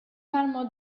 palmo